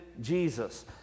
Jesus